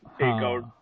takeout